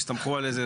הסתמכו על איזו